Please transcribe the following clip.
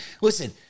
Listen